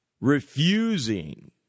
refusing